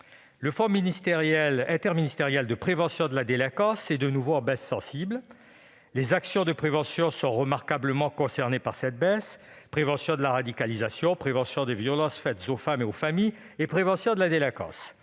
Le fonds interministériel de prévention de la délinquance est de nouveau en baisse sensible. Les actions de prévention sont remarquablement concernées par cette diminution : prévention de la radicalisation, prévention des violences faites aux femmes et aux familles, et prévention de la délinquance.